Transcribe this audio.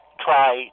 try